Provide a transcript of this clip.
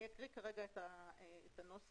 אני אקריא את הנוסח: